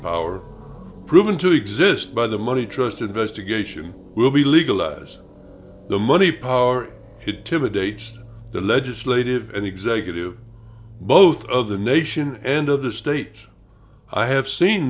power proven to exist by the money trust investigation will be legalized the money power it to the dates the legislative and executive both of the nation and of the states i have seen